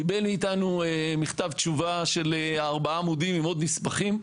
קיבל מאיתנו מכתב תשובה של ארבעה עמודים עם עוד נספחים.